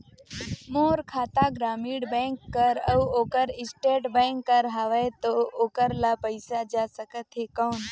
मोर खाता ग्रामीण बैंक कर अउ ओकर स्टेट बैंक कर हावेय तो ओकर ला पइसा जा सकत हे कौन?